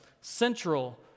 central